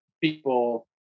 people